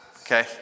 Okay